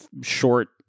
short